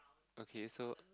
okay so